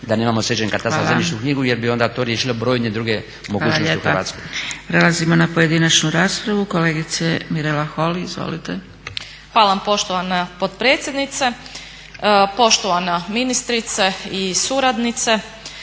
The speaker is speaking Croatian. da nemamo sređen katastar i zemljišnu knjigu jer bi onda to riješilo brojne druge mogućnosti u Hrvatskoj.